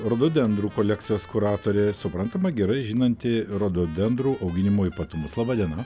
rododendrų kolekcijos kuratorė suprantama gerai žinanti rododendrų auginimo ypatumus laba diena